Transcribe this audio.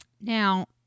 Now